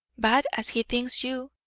bad as he thinks you,